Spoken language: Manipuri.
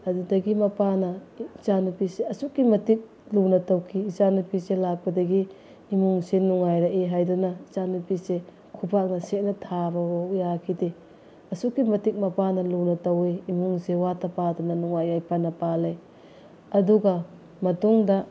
ꯑꯗꯨꯗꯒꯤ ꯃꯄꯥꯅ ꯏꯆꯥ ꯅꯨꯄꯤꯁꯦ ꯑꯁꯨꯛꯀꯤ ꯃꯇꯤꯛ ꯂꯨꯅ ꯇꯧꯈꯤ ꯏꯆꯥ ꯅꯨꯄꯤꯁꯦ ꯂꯥꯛꯄꯗꯒꯤ ꯏꯃꯨꯡꯁꯦ ꯅꯨꯡꯉꯥꯏꯔꯛꯏ ꯍꯥꯏꯗꯅ ꯏꯆꯥ ꯅꯨꯄꯤꯁꯦ ꯈꯨꯄꯥꯛꯅ ꯁꯦꯠ ꯂꯥꯎꯅ ꯊꯥꯕ ꯐꯥꯎꯕ ꯌꯥꯈꯤꯗꯦ ꯑꯁꯨꯛꯀꯤ ꯃꯇꯤꯛ ꯃꯄꯥꯅ ꯂꯨꯅ ꯇꯧꯏ ꯏꯃꯨꯡꯁꯦ ꯋꯥꯠꯇ ꯄꯥꯗꯅ ꯅꯨꯡꯉꯥꯏ ꯌꯥꯏꯐꯅ ꯄꯥꯜꯂꯦ ꯑꯗꯨꯒ ꯃꯇꯨꯡꯗ